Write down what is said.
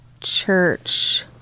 church